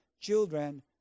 children